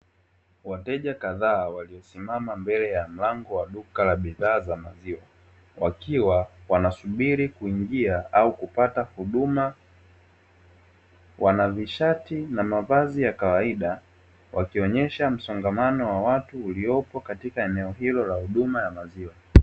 Wateja kadhaa waliyosimama mbele ya mlango wa duka la bidhaa za maziwa wakiwa wanasubiri kuingia au kupata huduma, wana vishati na mavazi ya kawaida wakionyesha msongamano wa watu uliyopo katika eneo hilo la huduma ya maziwa.